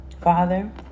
Father